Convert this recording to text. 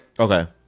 Okay